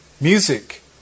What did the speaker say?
music